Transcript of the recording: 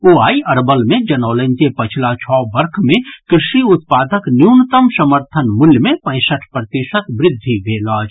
ओ आइ अरवल मे जनौलनि जे पछिला छओ वर्ष मे कृषि उत्पादक न्यूनतम समर्थन मूल्य मे पैंसठि प्रतिशत वृद्धि भेल अछि